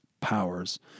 powers